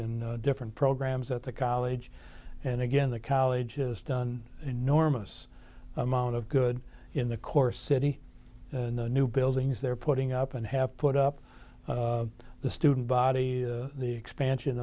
in different programs at the college and again the college has done an enormous amount of good in the core city and the new buildings they're putting up and have put up the student body the expansion